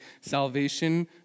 Salvation